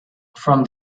from